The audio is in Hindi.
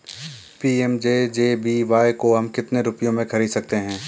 पी.एम.जे.जे.बी.वाय को हम कितने रुपयों में खरीद सकते हैं?